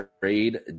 trade